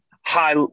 high